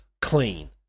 clean